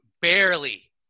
barely